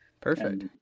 Perfect